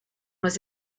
was